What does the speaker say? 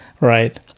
right